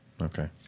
Okay